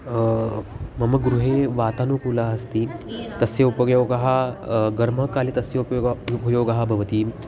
मम गृहे वातानुकूलः अस्ति तस्य उपयोगः गर्मकाले तस्य उपयोग युपयोगः भवति